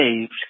saved